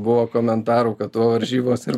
buvo komentarų kad o varžybos ir